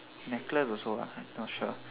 necklace also lah not sure